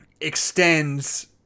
extends